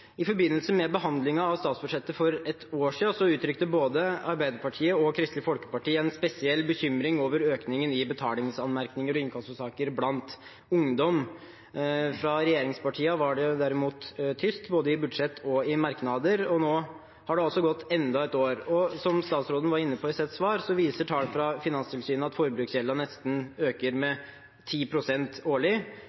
I forbindelse med behandlingen av statsbudsjettet for ett år siden uttrykte både Arbeiderpartiet og Kristelig Folkeparti en spesiell bekymring for økningen i betalingsanmerkninger og inkassosaker blant ungdom. Fra regjeringspartiene var det derimot tyst i både budsjett og merknader. Nå har det gått enda ett år. Som statsråden var inne på i sitt svar, viser tall fra Finanstilsynet at forbruksgjelden øker med nesten